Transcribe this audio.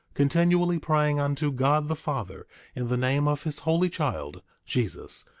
continually praying unto god the father in the name of his holy child, jesus,